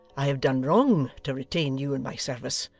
i have done wrong to retain you in my service.